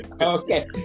Okay